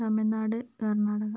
Tamil Nadu Karnataka